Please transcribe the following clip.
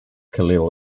khalil